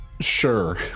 Sure